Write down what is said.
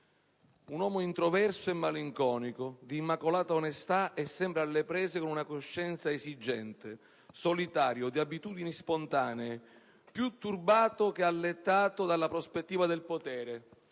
«un uomo introverso e malinconico, di immacolata onestà e sempre alle prese con una coscienza esigente, solitario, di abitudini spontanee, più turbato che allettato dalla prospettiva del potere,